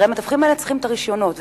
הרי המתווכים האלה צריכים את הרשיונות,